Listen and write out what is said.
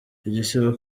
igisibo